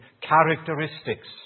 characteristics